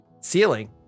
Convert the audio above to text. ceiling